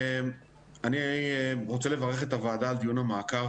אני רוצה לברך את הוועדה על דיון המעקב,